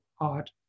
art